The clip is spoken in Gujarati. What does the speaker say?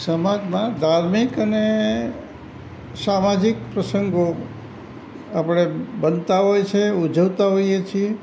સમાજમાં ધાર્મિક અને સામાજિક પ્રસંગો આપણે બનતા હોય છે ઊજવતા હોઈએ છીએ